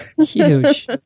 Huge